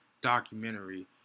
documentary